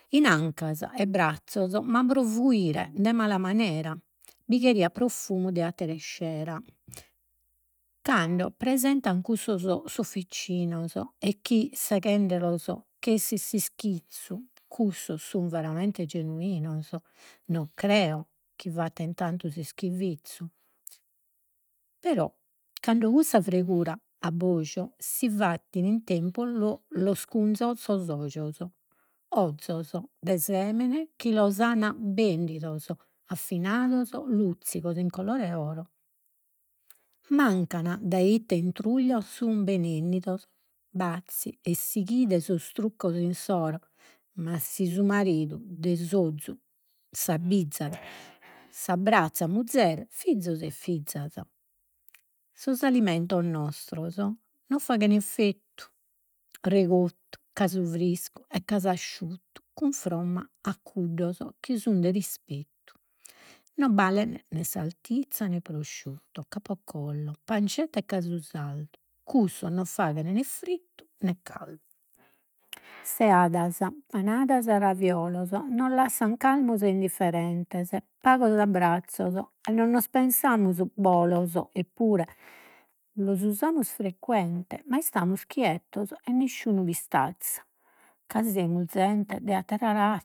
In ancas e brazzos, ma pro fuire de mala manera, bi cheriat profumu de atter'iscera. Cando presentan cussos e chi seghendelos ch'essit s'ischizzu, cussos sun veramente genuinos non creo chi fatten tantu s'ischivizzu, però cando cussa fregura abbojo si tempus los cunzo sos ojos. Ozos de semene chi los bendidos raffinados, luzzigos in colore 'e oro, mancan dae ite intruglios sun benennidos bazi e sighide sos truccos insoro, ma si su maridu de s'ozu s'abbizzat s'abbrazzat muzere, fizos e fizas. Sos alimentos nostros non faghen effettu regottu, casu friscu, e casu asciuttu, cunfromma a cuddos, chi sun de rispettu, no balen né sartizza, né prosciutto, capocollo, pancetta e casu sardu, cussos non faghen né frittu né caldu. Seadas, panadas, raviolos, non lassan calmos e indifferentes, pagos abbrazzos e non nos pensamus eppuru los usamus frequente, ma istamus chietos e nisciunu pistazzat, ca semus zente de attera ra